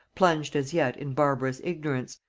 plunged as yet in barbarous ignorance,